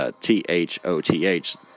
T-H-O-T-H